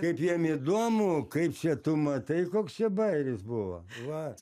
kaip jiem įdomu kaip čia tu matai koks čia bajeris buvo va